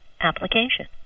application